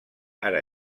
ara